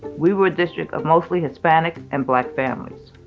we were a district of mostly hispanic and black families.